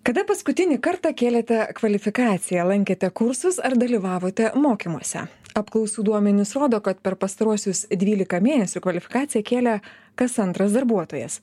kada paskutinį kartą kėlėte kvalifikaciją lankėte kursus ar dalyvavote mokymuose apklausų duomenys rodo kad per pastaruosius dvylika mėnesių kvalifikaciją kėlė kas antras darbuotojas